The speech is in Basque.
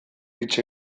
hitz